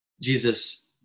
Jesus